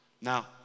Now